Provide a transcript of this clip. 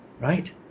Right